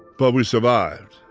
but we survived